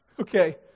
Okay